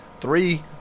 three